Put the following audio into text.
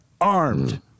Armed